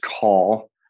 call